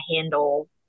handle